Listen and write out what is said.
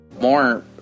more